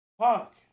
Fuck